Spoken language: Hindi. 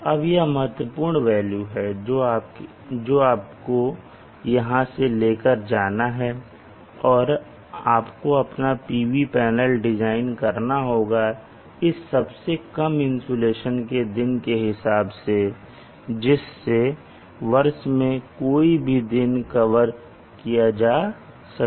अब यह महत्वपूर्ण वेल्यू है जो आपको यहां से लेकर जाना है और आपको अपना पीवी पैनल डिज़ाइन करना होगा इस सबसे कम इंसुलेशन के दिन के हिसाब से जिससे वर्ष में कोई भी दिन कवर किया जा सके